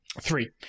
Three